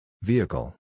Vehicle